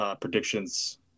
Predictions